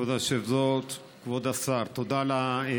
כבוד היושב-ראש, כבוד השר, תודה על התשובה.